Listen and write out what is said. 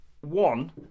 one